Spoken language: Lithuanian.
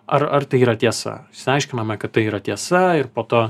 ar ar tai yra tiesa aiškinome kad tai yra tiesa ir po to